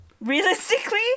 realistically